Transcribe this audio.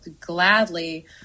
gladly